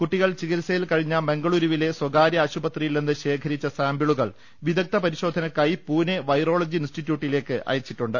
കുട്ടികൾ ചികിത്സയിൽ കഴിഞ്ഞ മംഗളൂരുവിലെ സ്വകാര്യ ആശുപത്രിയിൽ നിന്ന് ശേഖരിച്ച സാംപിളുകൾ വിദഗ്ദ പരിശോധനകൾക്കായി പൂനെ വൈറോളജി ഇൻസ്റ്റിറ്റ്യൂട്ടിലേക്ക് അയച്ചിട്ടുണ്ട്